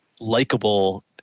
likable